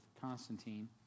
Constantine